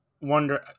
wonder